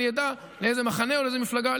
אני אדע לאיזה מחנה או לאיזו מפלגה,